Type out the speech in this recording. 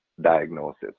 diagnosis